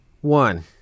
One